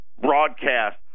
broadcast